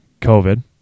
COVID